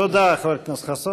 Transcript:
תודה, חבר הכנסת חסון.